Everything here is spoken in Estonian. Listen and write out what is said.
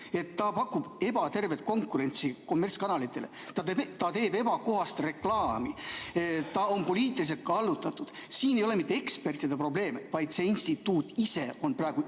ta pakub ebatervet konkurentsi kommertskanalitele, ta teeb ebakohast reklaami, ta on poliitiliselt kallutatud. Siin ei ole mitte ekspertide probleem, vaid see instituut ise on praegu üdini